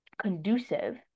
conducive